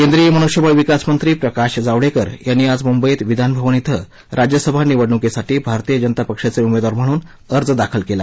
केंद्रीय मन्ष्यबळ विकासमंत्री प्रकाश जावडेकर यांनी आज मुंबईत विधानभवन धि राज्यसभा निवडणुकीसाठी भारतीय जनता पक्षाचे उमेदवार म्हणून अर्ज दाखल केला